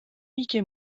mickey